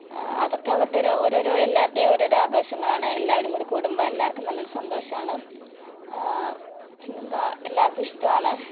അതൊക്കെ അവരുടെ ഒരു ഓരോരോ എല്ലാവരുടേയും ഒരോരോ ആഘോഷണങ്ങളാണ് എല്ലാവരും കൂടി കൂടുമ്പോൾ എല്ലാവർക്കും നല്ല ഒരു സന്തോഷമാണ് പിന്നെ എന്താണ് എല്ലാവർക്കും ഇഷ്ടമാണ്